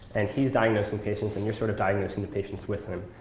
and he's diagnosing patients, and you're sort of diagnosing the patients with him.